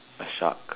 a shark